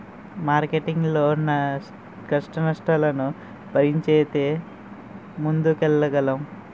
marketing లో కష్టనష్టాలను భరించితే ముందుకెళ్లగలం